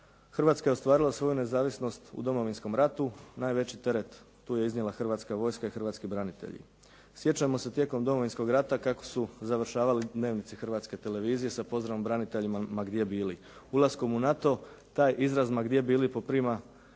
Hrvatska je ostvarila svoju nezavisnost u Domovinskom ratu. Najveći teret tu je iznijela Hrvatska vojska i hrvatski branitelji. Sjećamo se tijekom Domovinskog rata kako su završavali dnevnici Hrvatske televizije sa pozdravom braniteljima ma gdje bili. Ulaskom u NATO, taj izraz ma gdje bili poprima